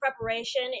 preparation